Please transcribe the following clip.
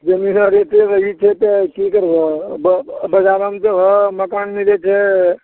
जमीन रेट ई छै तऽ की करबह बजारमे जेबहऽ मकान मिलै छै